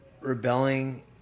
rebelling